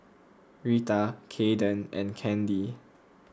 Reta Kaeden and Kandi